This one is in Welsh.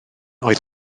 oedd